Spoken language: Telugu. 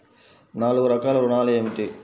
నాలుగు రకాల ఋణాలు ఏమిటీ?